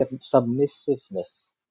submissiveness